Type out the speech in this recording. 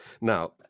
Now